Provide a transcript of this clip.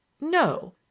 No